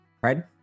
Right